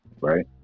Right